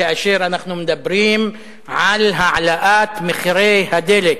כאשר אנחנו מדברים על העלאת מחירי הדלק.